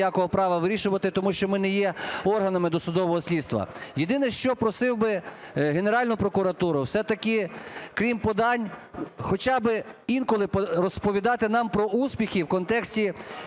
ніякого права вирішувати, тому що ми не є органами досудового слідства. Єдине що, просив би Генеральну прокуратуру все-таки, крім подань, хоча би інколи розповідати нам про успіхи в контексті